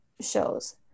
shows